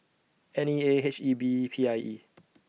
N E A H E B P I E